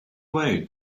way